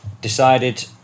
decided